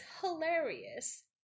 hilarious